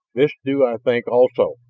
this do i think also,